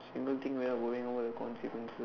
I don't think we are worrying were the consider soon